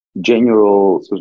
general